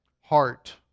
Heart